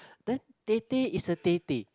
then tete is a tete